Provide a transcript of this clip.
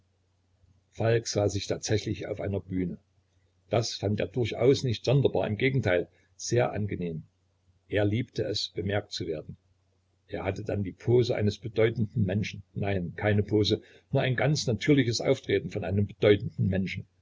falk sah sich tatsächlich auf einer bühne das fand er durchaus nicht sonderbar im gegenteil sehr angenehm er liebte es bemerkt zu werden er hatte dann die pose eines bedeutenden menschen nein keine pose nur ein ganz natürliches auftreten von einem bedeutenden menschen